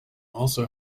also